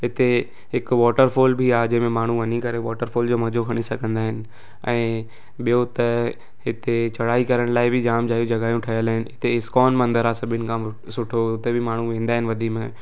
हिते हिकु वॉटरफॉल बि आहे जंहिंमें माण्हू वञी करे वॉटरफॉल जो मज़ो खणी सघंदा आहिनि ऐं ॿियों त हिते चढ़ाई करण लाए बि जाम सारी जॻहियूं ठहियलु आहिनि हिते इस्कॉन मंदरु आहे सभिनी खां सुठो हुते बि माण्हू वेंदा आहिनि वॾी में